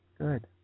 Good